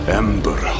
ember